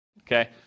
okay